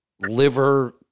liver